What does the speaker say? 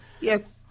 Yes